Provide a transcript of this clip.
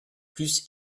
plus